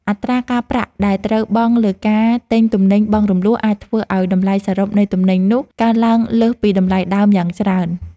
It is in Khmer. អត្រាការប្រាក់ដែលត្រូវបង់លើការទិញទំនិញបង់រំលស់អាចធ្វើឱ្យតម្លៃសរុបនៃទំនិញនោះកើនឡើងលើសពីតម្លៃដើមយ៉ាងច្រើន។